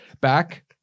Back